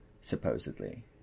supposedly